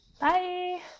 Bye